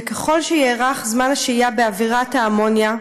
וככל שיארך זמן השהייה באווירת האמוניה,